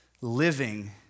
Living